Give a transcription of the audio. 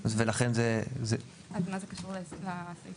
לא על P2P. אז מה זה קשור לסעיף הזה?